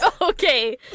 okay